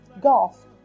golf